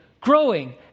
growing